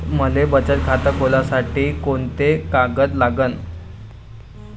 मले बचत खातं खोलासाठी कोंते कागद लागन?